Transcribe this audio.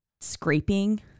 scraping